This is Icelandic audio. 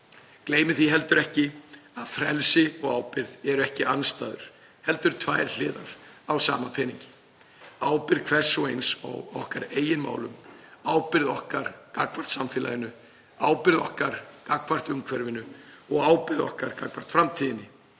Gleymum því heldur ekki að frelsi og ábyrgð eru ekki andstæður heldur tvær hliðar á sama peningi. Ábyrgð hvers og eins okkar á eigin málum, ábyrgð okkar gagnvart samfélaginu, ábyrgð okkar gagnvart umhverfinu og ábyrgð okkar gagnvart framtíðinni